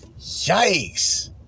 Yikes